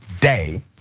day